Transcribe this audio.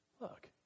Look